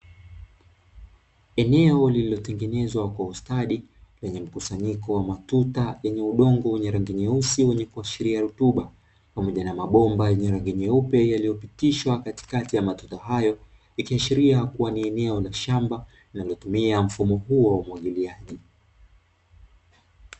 Eneo lililotengenezwa kwa ustadi lenye mkusanyiko wa matuta yenye udongo wenye rangi nyeusi wenye kuashiria rotuba, pamoja na mabomba yenye rangi nyeupe yaliyopitishwa katika ya matuta hayo. Ikiashiria kuwa ni eneo la shamba linalotumia mfumo huo wa umwagiliaji.